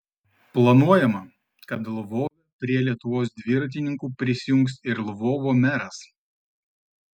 planuojama kad lvove prie lietuvos dviratininkų prisijungs ir lvovo meras